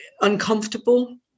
uncomfortable